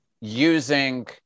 using